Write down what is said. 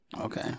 Okay